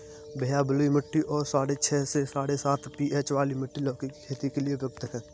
भैया बलुई मिट्टी और साढ़े छह से साढ़े सात पी.एच वाली मिट्टी लौकी की खेती के लिए उपयुक्त है